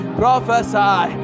prophesy